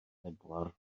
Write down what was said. pedwar